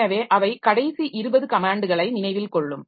எனவே அவை கடைசி 20 கமேன்ட்களை நினைவில் கொள்ளும்